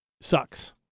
sucks